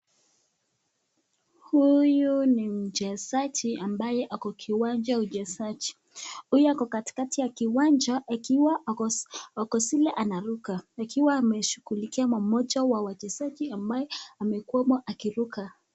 Huyu ni mchezaji ambaye ako kiwanja ya uchezaji. Huyu ako katikati ya kiwanja akiwa ako zile anaruka. Akiwa ameshughulikia mmoja wa wachezaji ambaye amekuwa akiruka.